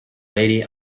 lady